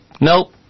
nope